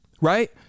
right